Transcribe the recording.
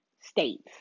states